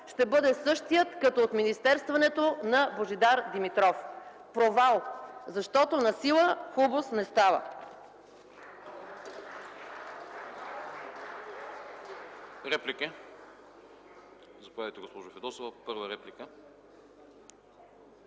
ще бъде същият като от министерстването на Божидар Димитров: провал! Защото насила хубост не става!